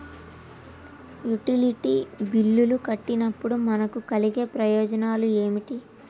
Utility బిల్లులు కట్టినప్పుడు మనకు కలిగే ప్రయోజనాలు ఏమిటి?